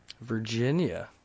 Virginia